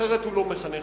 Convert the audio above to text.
אסור לו,